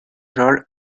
roll